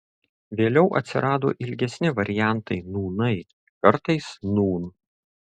vėliau atsirado ilgesni variantai nūnai kartais nūn